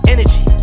Energy